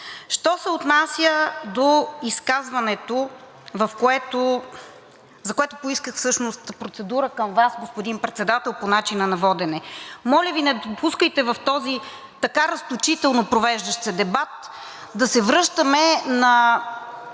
Що се отнася до изказването, за което поисках всъщност процедура към Вас, господин Председател, по начина на водене. Моля Ви, не допускайте в този така разточително провеждащ се дебат да се връщаме на